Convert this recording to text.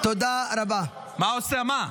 מה עושה, מה?